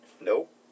Nope